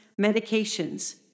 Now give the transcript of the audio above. medications